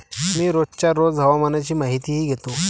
मी रोजच्या रोज हवामानाची माहितीही घेतो